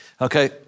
okay